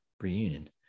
reunion